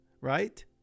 right